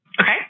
Okay